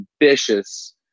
ambitious